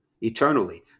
eternally